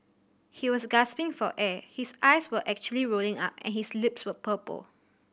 he was gasping for air his eyes were actually rolling up and his lips were purple